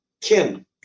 kim